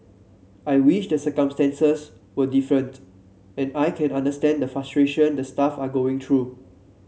I wish the circumstances were different and I can understand the frustration the staff are going through